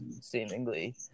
seemingly